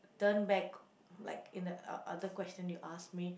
turn back like in the uh other question you ask me